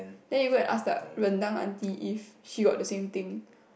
then you go and ask the rendang aunty if she got the same thing